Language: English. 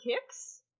kicks